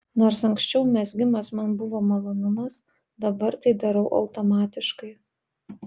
nors anksčiau mezgimas man buvo malonumas dabar tai darau automatiškai